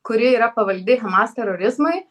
kuri yra pavaldi hamas terorizmui